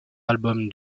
album